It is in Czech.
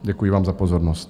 Děkuji vám za pozornost.